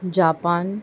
Japan